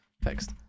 fixed